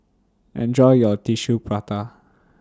Enjoy your Tissue Prata